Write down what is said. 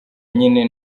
nyine